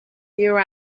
here